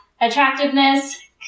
attractiveness